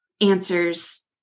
answers